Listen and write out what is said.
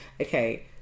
Okay